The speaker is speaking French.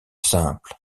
simple